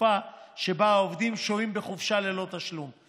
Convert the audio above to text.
התקופה שבה העובדים שוהים בחופשה ללא תשלום,